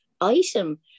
item